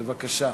בבקשה,